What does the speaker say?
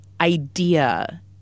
idea